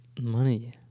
money